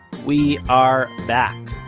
we are back!